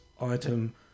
item